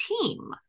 team